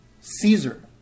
Caesar